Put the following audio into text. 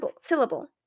syllable